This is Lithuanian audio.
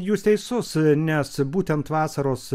jūs teisus nes būtent vasaros